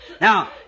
Now